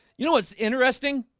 you know, what's interesting